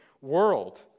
world